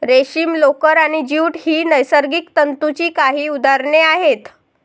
रेशीम, लोकर आणि ज्यूट ही नैसर्गिक तंतूंची काही उदाहरणे आहेत